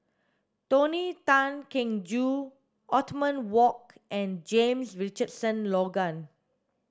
Tony Tan Keng Joo Othman Wok and James Richardson Logan